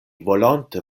volonte